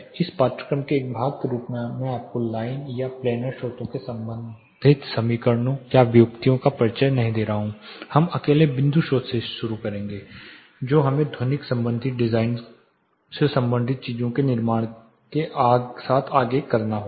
इस पाठ्यक्रम के एक भाग के रूप में मैं आपको लाइन या प्लानर स्रोतों से संबंधित समीकरणों या व्युत्पत्ति का परिचय नहीं दे रहा हूं हम अकेले बिंदु स्रोत से शुरू करेंगे जो हमें ध्वनिक संबंधी डिजाइन से संबंधित चीजों के निर्माण के साथ आगे करना होगा